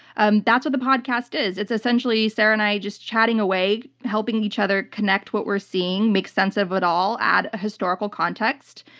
and that's what the podcast is. it's essentially sarah and i just chatting away, helping each other connect what we're seeing, make sense of it all add historical context,